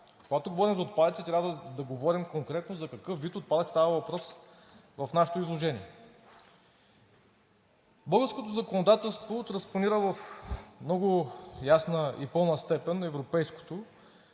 Когато говорим за отпадъци, трябва да говорим конкретно за какъв вид отпадък става въпрос в нашето изложение. Българското законодателство транспонира в много ясна и пълна степен европейското,